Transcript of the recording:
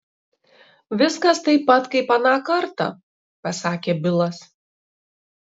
viskas taip pat kaip aną kartą pasakė bilas